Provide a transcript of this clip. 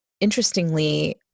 interestingly